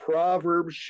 Proverbs